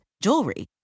jewelry